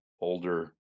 older